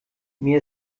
mir